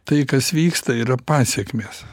tai kas vyksta yra pasekmės